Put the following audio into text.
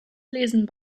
lesen